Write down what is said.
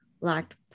lacked